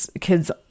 kids